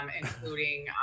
including